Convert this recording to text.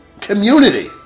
community